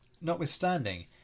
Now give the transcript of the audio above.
Notwithstanding